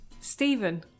Stephen